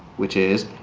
which is,